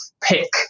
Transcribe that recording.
pick